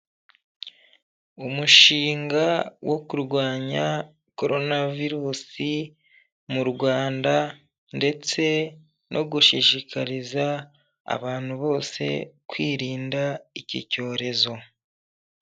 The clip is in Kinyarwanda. Umushinga wo kurwanya korona virusi mu Rwanda ndetse no gushishikariza abantu bose kwirinda iki cyorezo.